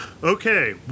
Okay